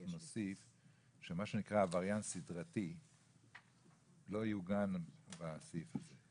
נוסיף שעבריין סדרתי לא יעוגן בסעיף הזה,